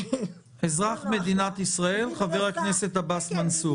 אזרח מדינת ישראל, חבר הכנסת עבאס מנסור.